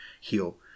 heal